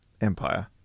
empire